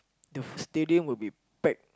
the stadium will be packed